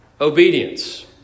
obedience